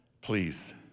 Please